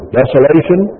desolation